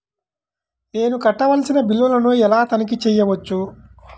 నేను కట్టవలసిన బిల్లులను ఎలా తనిఖీ చెయ్యవచ్చు?